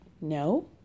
no